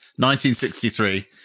1963